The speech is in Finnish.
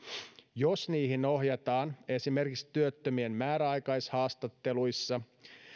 jos niihin ohjataan esimerkiksi työttömien määräaikaishaastatteluissa